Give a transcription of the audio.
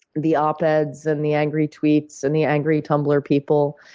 the op-eds and the angry tweets and the angry tumblr people.